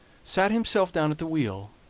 sat himself down at the wheel,